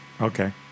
Okay